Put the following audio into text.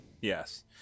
Yes